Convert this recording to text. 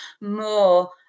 more